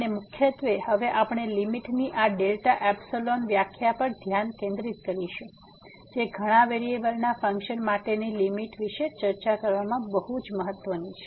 અને મુખ્યત્વે હવે આપણે લિમિટની આ ડેલ્ટા એપ્સીલોન વ્યાખ્યા પર ધ્યાન કેન્દ્રિત કરીશું જે ઘણા વેરીએબલના ફંક્શન માટેની લીમીટ વિશે ચર્ચા કરવા માટે ખૂબ જ મહત્વપૂર્ણ છે